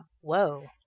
Whoa